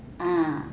a'ah